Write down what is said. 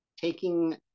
taking